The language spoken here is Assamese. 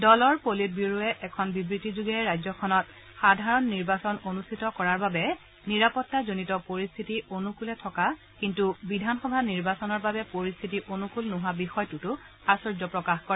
দলৰ পলিট ব্যুৰৱে এখন বিবৃতিযোগে ৰাজ্যখনত সাধাৰণ নিৰ্বাচন অনুষ্ঠিত কৰাৰ বাবে নিৰাপতাজনিত পৰিস্থিতি অনুকলে থকা কিন্তু বিধানসভা নিৰ্বাচনৰ বাবে পৰিস্থিতি অনুকুল নোহোৱা বিষয়টোত আধৰ্ষ প্ৰকাশ কৰে